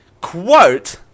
Quote